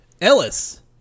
Ellis